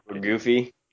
goofy